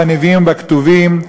בנביאים ובכתובים,